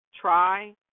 try